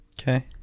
Okay